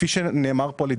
כפי שנאמר פה.